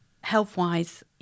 health-wise